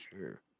sure